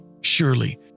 surely